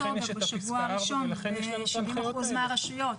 לכן יש את פסקה (4) ולכן יש את הסמכויות האלה.